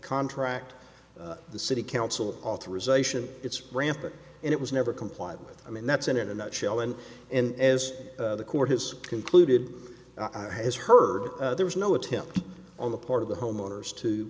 contract the city council authorization it's rampant and it was never complied with i mean that's in a nutshell and and as the court has concluded has heard there was no attempt on the part of the homeowners to